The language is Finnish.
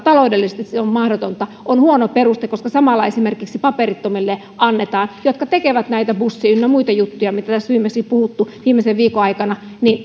että taloudellisesti se on mahdotonta on huono peruste koska samalla esimerkiksi annetaan paperittomille jotka tekevät näitä bussi ynnä muita juttuja joista on puhuttu viimeisen viikon aikana